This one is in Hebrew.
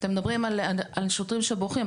אתם מדברים על שוטרים שבורחים,